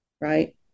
right